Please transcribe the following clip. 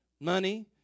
money